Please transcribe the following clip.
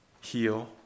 heal